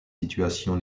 situation